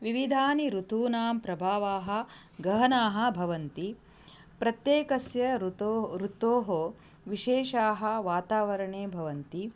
विविधान् ऋतूनां प्रभावाः गहनाः भवन्ति प्रत्येकस्य ऋतोः ऋतोः विशेषताः वातावरणे भवन्ति